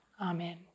Amen